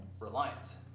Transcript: Reliance